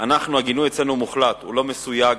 אנחנו, הגינוי אצלנו מוחלט, הוא לא מסויג,